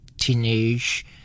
teenage